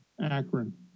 Akron